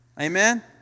Amen